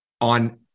on